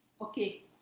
Okay